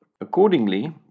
Accordingly